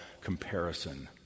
comparison